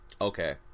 Okay